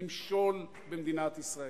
למשול במדינת ישראל.